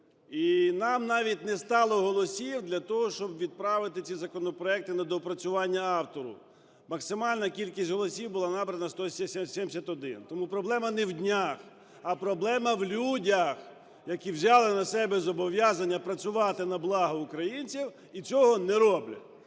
І нам навіть не стало голосів для того, щоб відправити ці законопроекти на доопрацювання автору. Максимальна кількість голосів була набрана – 171. Тому проблема не в днях, а проблема в людях, які взяли на себе зобов'язання працювати на благо українців і цього не роблять.